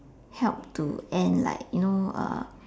help to end like you know uh